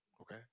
okay